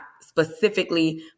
specifically